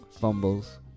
fumbles